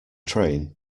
train